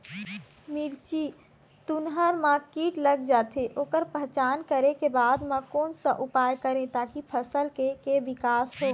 मिर्ची, तुंहर मा कीट लग जाथे ओकर पहचान करें के बाद मा कोन सा उपाय करें ताकि फसल के के विकास हो?